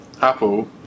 Apple